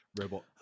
robot